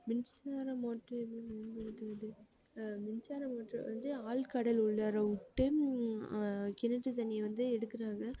மின்சார மோட்ரு எப்படி பயன்படுத்துவது மின்சார மோட்ரு வந்து ஆழ் கடல் உள்ளார விட்டு கிணற்று தண்ணியை வந்து எடுக்கிறாங்க